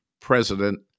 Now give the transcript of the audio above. president